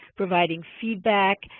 providing feedback,